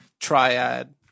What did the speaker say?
Triad